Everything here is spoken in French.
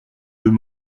deux